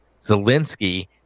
Zelensky